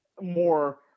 more